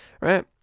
right